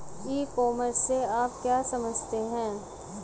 ई commerce से आप क्या समझते हैं?